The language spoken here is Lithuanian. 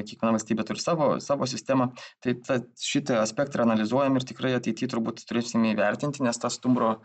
kiekviena valstybė turi savo savo sistemą tai tad šitą aspektą ir analizuojam ir tikrai ateity turbūt turėsime įvertinti nes tas stumbro